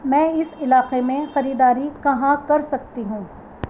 میں اس علاقے میں خریداری کہاں کر سکتی ہوں